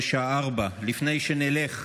בשעה 16:00. לפני שנלך,